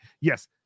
Yes